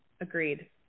Agreed